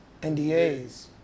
NDAs